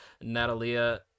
Natalia